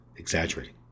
Exaggerating